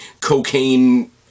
cocaine